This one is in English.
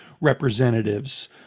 representatives